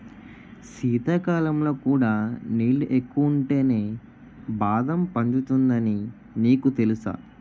శీతాకాలంలో కూడా నీళ్ళు ఎక్కువుంటేనే బాదం పండుతుందని నీకు తెలుసా?